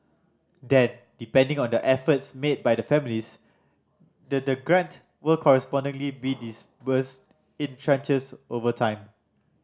then depending on the efforts made by the families the the grant will correspondingly be disbursed in tranches over time